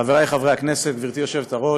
חברי חברי הכנסת, גברתי היושבת-ראש,